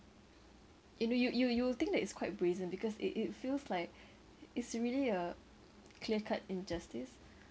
you know you you you will think that it's quite brazen because it it feels like it's really a clear-cut injustice